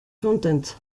contents